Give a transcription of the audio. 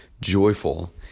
joyful